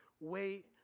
wait